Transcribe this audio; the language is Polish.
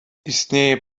istnieje